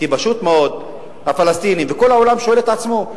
כי פשוט מאוד הפלסטינים וכל העולם שואל את עצמו: